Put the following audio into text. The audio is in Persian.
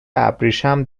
ابریشم